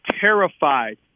terrified